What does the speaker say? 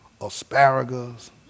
asparagus